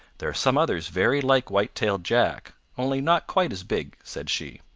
there are some others very like white-tailed jack, only not quite as big, said she.